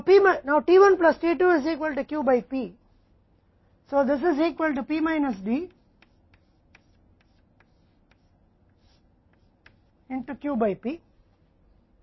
P द्वारा Q में P ऋणात्मक D के बराबर है क्योंकि यहाँ से t 1 plus t 2 P से Q के बराबर है